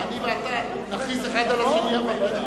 מה, אני ואתה נכריז אחד על השני עבריינים?